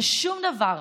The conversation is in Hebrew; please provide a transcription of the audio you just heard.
ששום דבר,